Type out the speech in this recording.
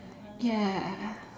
ya